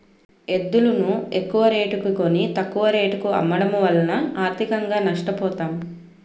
ఎద్దులును ఎక్కువరేటుకి కొని, తక్కువ రేటుకు అమ్మడము వలన ఆర్థికంగా నష్ట పోతాం